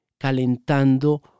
calentando